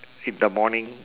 in the morning